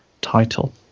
title